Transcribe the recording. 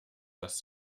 dass